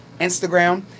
Instagram